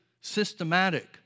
systematic